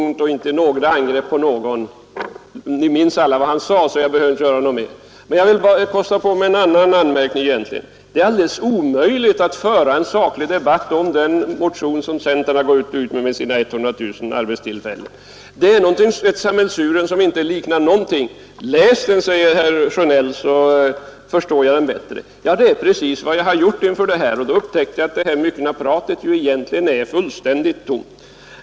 Det innehöll inte några angrepp på någon! Alla minns vad han sade, så jag behöver inte upprepa det. Jag vill bara kosta på en enda anmärkning. Det är helt omöjligt att föra en saklig debatt om den motion som centern har väckt om sina 100 000 arbetstillfällen. Den motionen är ett sammelsurium som inte liknar någonting. Läs den, säger herr Sjönell, så förstår ni den bättre! Det är precis vad jag har gjort inför den här debatten, och jag har upptäckt att det myckna pratet är fullständigt tomt.